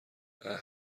اَه